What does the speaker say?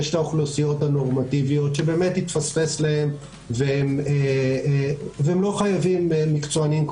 יש האוכלוסיות הנורמטיביות שבאמת התפספס להן והן לא חייבים מקצוענים,